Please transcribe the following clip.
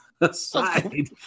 aside